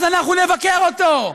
אז אנחנו נבקר אותו.